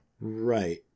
Right